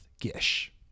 Gish